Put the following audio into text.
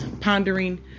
pondering